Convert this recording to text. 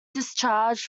discharged